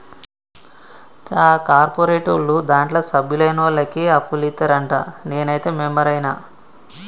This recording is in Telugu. కా కార్పోరేటోళ్లు దాంట్ల సభ్యులైనోళ్లకే అప్పులిత్తరంట, నేనైతే మెంబరైన